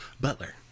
Butler